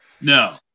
No